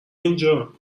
اینجا